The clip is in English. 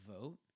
vote